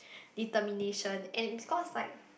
determination and in scores like